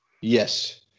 Yes